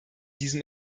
diesem